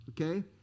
Okay